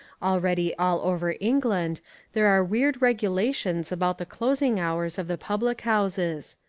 already all over england there are weird regulations about the closing hours of the public houses.